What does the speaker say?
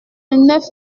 neuf